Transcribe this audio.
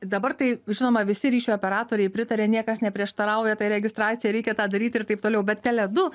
dabar tai žinoma visi ryšio operatoriai pritaria niekas neprieštarauja tai registracijai reikia tą daryt ir taip toliau bet tele du